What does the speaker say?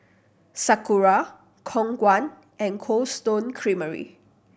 Sakura Khong Guan and Cold Stone Creamery